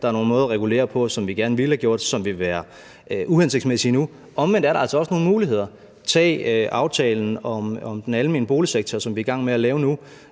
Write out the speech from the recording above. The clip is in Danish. der er nogle måder at regulere på, som vi gerne ville have gjort, men som vil være uhensigtsmæssige nu. Omvendt er der altså også nogle muligheder. Tag aftalen om den almene boligsektor, som vi er i gang med at lave nu.